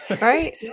right